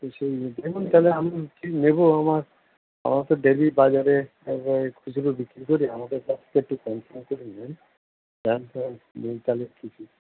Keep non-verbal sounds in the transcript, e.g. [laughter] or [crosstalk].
তো সেই দেখুন তাহলে আমি কি নেবো আমার আমার তো ডেলি বাজারে [unintelligible] আমি খুজরো বিক্রি করি আমাদের কাছ থেকে একটু কম সম করে নেন [unintelligible] কিছু